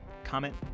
comment